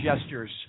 gestures